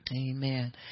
Amen